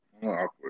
awkward